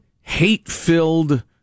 hate-filled